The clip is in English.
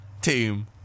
team